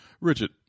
Richard